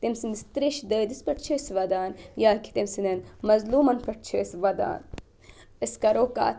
تٔمۍ سٕنٛدِس ترٛیشہِ دٲدِس پٮ۪ٹھ چھِ أسۍ وَدان یا کہ تٔمۍ سٕنٛدٮ۪ن مَزلوٗمَن پٮ۪ٹھ چھِ أسۍ وَدان أسۍ کَرو کَتھ